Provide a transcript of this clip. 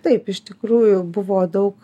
taip iš tikrųjų buvo daug